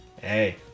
hey